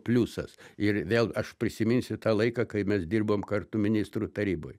pliusas ir vėl aš prisiminsiu tą laiką kai mes dirbom kartu ministrų taryboj